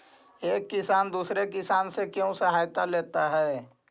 एक किसान दूसरे किसान से क्यों सहायता लेता है?